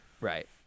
Right